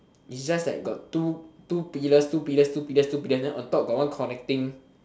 is just like got two two pillars two pillars two pillars two pillars then on top got one connecting